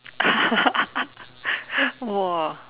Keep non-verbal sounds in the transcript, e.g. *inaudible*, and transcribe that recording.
*laughs* !wah!